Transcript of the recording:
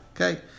okay